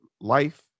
life